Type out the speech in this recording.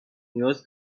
نیاز